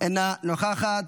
אינה נוכחת,